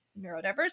neurodiversity